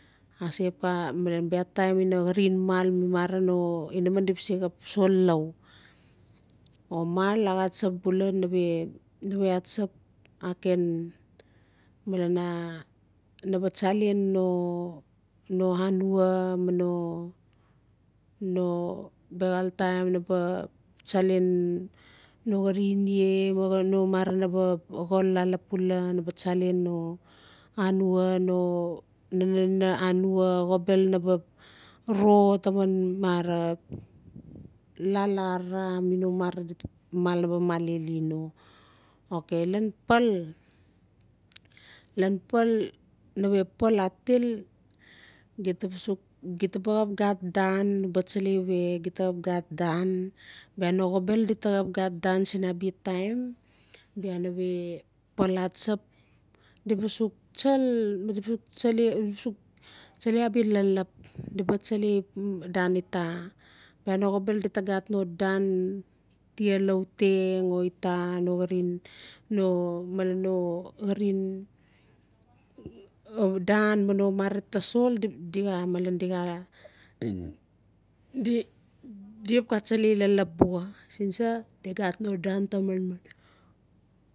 Asexap malan bia taim ina xarin mal mi no inaman di baa se xap sol o mal axa tsap bula nave-nave na baa tsalen no anwa ma no-no bexal taim tsalen no xarin ie no marang na baa xol laa lapula na ba tsalen no anwa no nanan ina anwa xobel na baa ro taman lala arara mi no mara mal nabaa mali no okay lan pal lan pal nave pal a til xeta baa sux xeta baa xap xat dan xeta baa tsalai we xeta baa xap gat olan baa no xovbel di taa xap gat dan sin abia taim baa nave pal atsap di baa sux tsalai abia lelep di baa tsalai abia dan ita bia no xobel di taa gat no dan tia lauteng o ita no malen no xarin dan mi no mara taa sol di xaa- di xaa di xap xaa tsalai lelep buxa sinsa di xat no tan taa manman